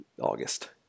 August